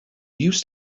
use